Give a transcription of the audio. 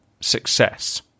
success